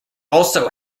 also